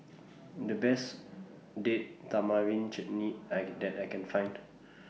The Best Date Tamarind Chutney I that I Can Find